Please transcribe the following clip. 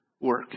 work